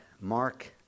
Mark